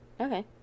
Okay